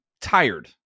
tired